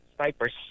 snipers